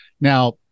Now